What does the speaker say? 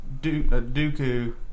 Dooku